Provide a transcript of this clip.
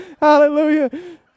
hallelujah